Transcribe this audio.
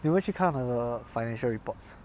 你有没有去看那个 financial reports